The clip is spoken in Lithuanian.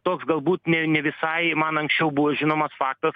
toks galbūt ne ne visai man anksčiau buvo žinomas faktas